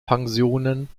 pensionen